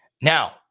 Now